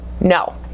no